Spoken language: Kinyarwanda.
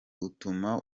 utuma